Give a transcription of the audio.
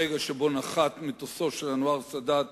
הרגע שבו נחת מטוסו של אנואר סאדאת